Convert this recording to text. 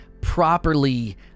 properly